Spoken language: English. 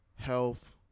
Health